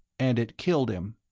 and it killed him!